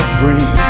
bring